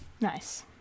nice